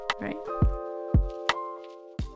right